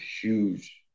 huge